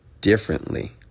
differently